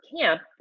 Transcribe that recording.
camp